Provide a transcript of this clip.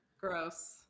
Gross